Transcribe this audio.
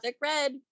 red